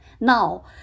Now